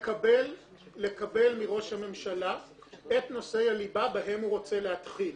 לקבל מראש הממשלה את הנושאי הליבה בהם הוא רוצה להתחיל.